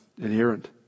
inherent